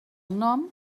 nom